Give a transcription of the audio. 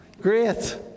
Great